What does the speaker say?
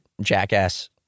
jackass